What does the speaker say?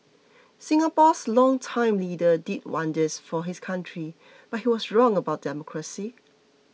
Singapore's longtime leader did wonders for his country but he was wrong about democracy